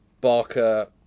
Barker